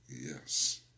yes